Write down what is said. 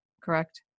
correct